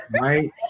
right